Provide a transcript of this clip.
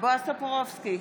בועז טופורובסקי,